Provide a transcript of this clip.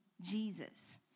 Jesus